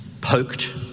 poked